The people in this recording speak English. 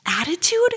attitude